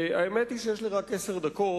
האמת היא שיש לי רק עשר דקות,